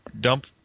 dump